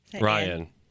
Ryan